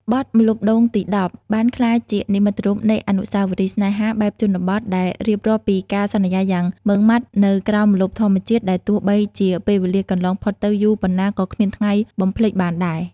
បទ "ម្លប់ដូងទីដប់" បានក្លាយជានិមិត្តរូបនៃអនុស្សាវរីយ៍ស្នេហាបែបជនបទ ដែលរៀបរាប់ពីការសន្យាយ៉ាងម៉ឺងម៉ាត់នៅក្រោមម្លប់ធម្មជាតិ ដែលទោះបីជាពេលវេលាកន្លងផុតទៅយូរប៉ុណ្ណាក៏គ្មានថ្ងៃបំភ្លេចបានដែរ។